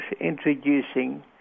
introducing